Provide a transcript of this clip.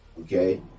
Okay